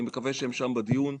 אני מקווה שהם שם בדיון.